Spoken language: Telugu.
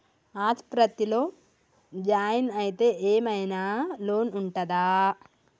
ఆస్పత్రి లో జాయిన్ అయితే ఏం ఐనా లోన్ ఉంటదా?